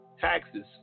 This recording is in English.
taxes